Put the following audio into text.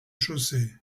chaussée